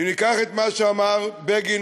ואם ניקח את מה שאמר בגין,